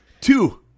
two